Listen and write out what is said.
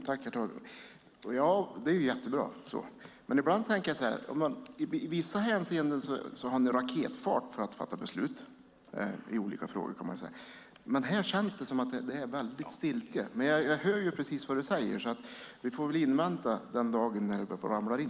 Herr talman! Ja, det är jättebra så långt. I vissa hänseenden har ni raketfart när det gäller att fatta beslut. Men här känns det som att det verkligen är stiltje. Dock hör jag vad du säger. Vi får väl invänta den dag då något börjar ramla in.